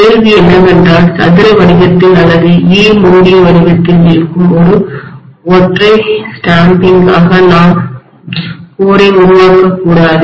கேள்வி என்னவென்றால் சதுர வடிவத்தில் அல்லது E மூடிய வடிவத்தில் இருக்கும் ஒரு ஒற்றை முத்திரையாகஸ்டாம்பிங்காக நாம் ஏன் மையத்தைகோரை உருவாக்கக்கூடாது